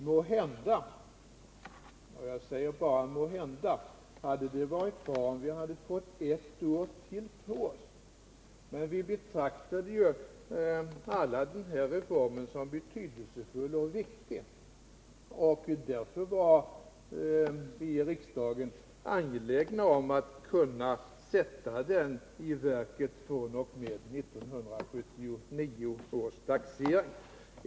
Måhända — jag säger bara måhända — hade det varit bra om vi hade fått ett år till på oss, men alla betraktade ju den här reformen som betydelsefull. Därför var riksdagen angelägen om att kunna sätta det hela i verket fr.o.m. 1979 års taxering.